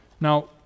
Now